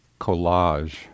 collage